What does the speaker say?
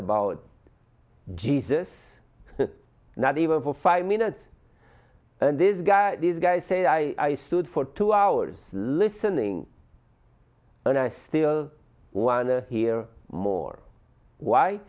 about jesus not even for five minutes and this guy this guy said i stood for two hours listening and i still want to hear more why